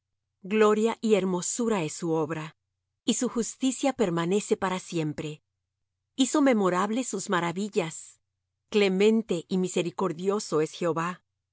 gloria y hermosura es su obra y su justicia permanece para siempre hizo memorables sus maravillas clemente y misericordioso es jehová dió